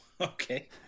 Okay